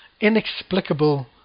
inexplicable